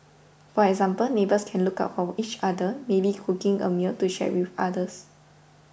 for example neighbours can look out for each other maybe cooking a meal to share with others